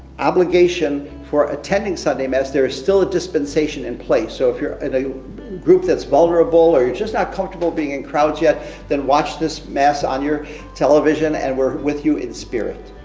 obligation for attending sunday mass there is still a dispensation in place so if you're in a group that's vulnerable or you're just not comfortable being in crowds yet then watch this mass on your television and we're with you in spirit.